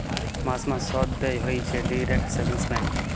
মাস মাস শুধ দেয় হইছে ডিইরেক্ট সেভিংস ব্যাঙ্ক